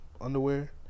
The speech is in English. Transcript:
underwear